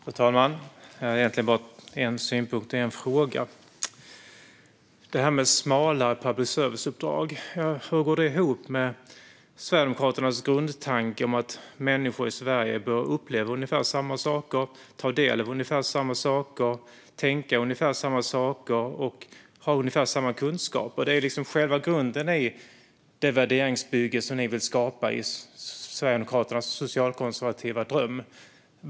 Fru talman! Jag har egentligen bara en synpunkt och en fråga. Detta med ett smalare public service-uppdrag, hur går det ihop med Sverigedemokraternas grundtanke om att människor i Sverige bör uppleva ungefär samma saker, ta del av ungefär samma saker, tänka ungefär samma saker och ha ungefär samma kunskaper? Detta är liksom själva grunden i det värderingsbygge ni vill skapa i Sverigedemokraternas socialkonservativa dröm.